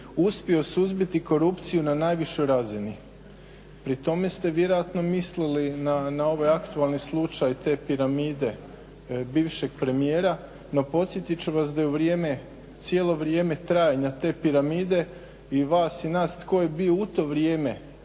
uspio suzbiti korupciju na najvišoj razini. Pri tome ste vjerojatno mislili na ovaj aktualni slučaj te piramide bivšeg premijera, no podsjetit ću vas da je u cijelo vrijeme trajanja te piramide i vas i nas tko je bio u to vrijeme